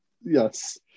Yes